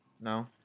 No